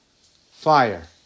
fire